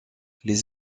les